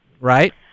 right